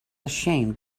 ashamed